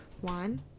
one